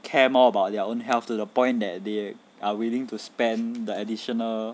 care more about their own health to the point that they are willing to spend the additional